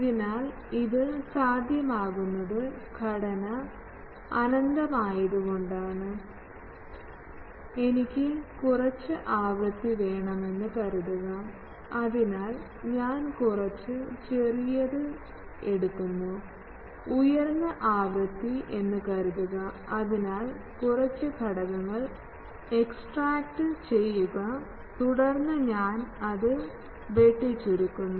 അതിനാൽ ഇത് സാധ്യമാകുന്നത് ഘടന അനന്തമായതുകൊ ണ്ണ് അത് എനിക്ക് കുറച്ച് ആവൃത്തി വേണമെന്ന് കരുതുക അതിനാൽ ഞാൻ കുറച്ച് ചെറിയവ എടുക്കുന്നു ഉയർന്ന ആവൃത്തി എന്ന് കരുതുക അതിനാൽ കുറച്ച് ഘടകങ്ങൾ എക്സ്ട്രാക്റ്റുചെയ്യുക തുടർന്ന് ഞാൻ അത് വെട്ടിച്ചുരുക്കുന്നു